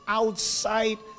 outside